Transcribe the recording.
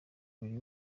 buri